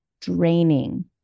draining